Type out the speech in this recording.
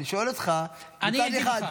אני שואל אותך -- אני אגיד לך.